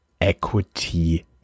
equity